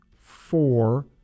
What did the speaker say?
four